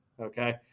Okay